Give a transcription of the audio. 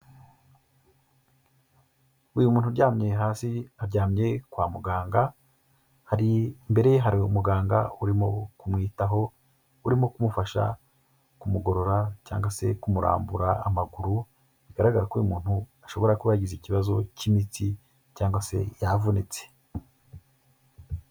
Uyu muntu uryamye hasi aryamye kwa muganga, hari imbere ye hari umuganga urimo kumwitaho urimo kumufasha kumugorora cyangwa se kumurambura amaguru bigaragara ko uyu umuntu ashobora kuba yagize ikibazo cy'imitsi cyangwa se yavunitse.